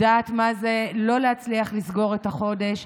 יודעת מה זה לא להצליח לסגור את החודש,